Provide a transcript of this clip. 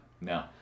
No